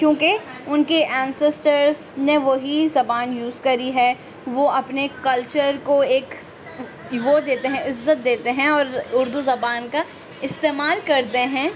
کیوں کہ ان کے اینسسٹرس نے وہی زبان یوز کری ہے وہ اپنے کلچر کو ایک وہ دیتے ہیں عزت دیتے ہیں اور اردو زبان کا استعمال کرتے ہیں